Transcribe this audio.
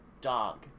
dog